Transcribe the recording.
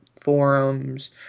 forums